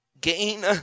Gain